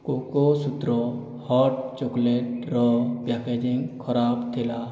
କୋକୋସୂତ୍ର hot ଚକୋଲେଟ୍ର packaging ଖରାପ ଥିଲା